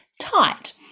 tight